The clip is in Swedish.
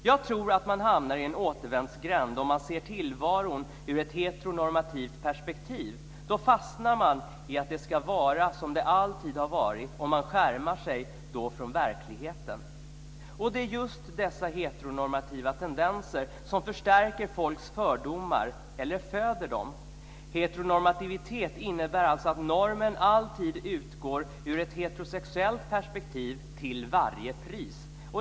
Jag tror att man hamnar i en återvändsgränd om man ser tillvaron ur ett heteronormativt perspektiv. Då fastnar man i att det ska vara som det alltid har varit, och man avskärmar sig från verkligheten. Det är just dessa heteronormativa tendenser som förstärker eller föder folks fördomar. Heteronormativitet innebär alltså att normen alltid utgår från ett heterosexuellt perspektiv till varje pris.